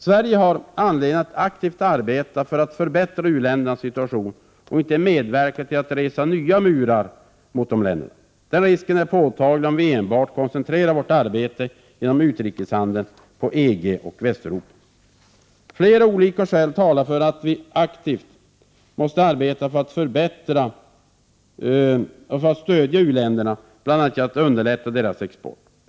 Sverige har anledning att aktivt arbeta för att förbättra u-ländernas situation och inte medverka till att resa nya murar mot dessa länder. Den risken är påtaglig, om vi koncentrerar vårt arbete inom utrikeshandeln på enbart EG och Västeuropa. Flera olika skäl talar för att vi aktivt måste arbeta för att stödja u-länderna bl.a. genom att underlätta deras export.